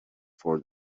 for